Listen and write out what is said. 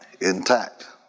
intact